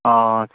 आदसा